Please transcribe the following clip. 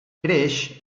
creix